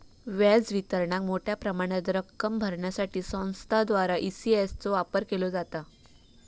व्याज वितरणाक मोठ्या प्रमाणात रक्कम भरण्यासाठी संस्थांद्वारा ई.सी.एस चो वापर केलो जाता